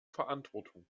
verantwortung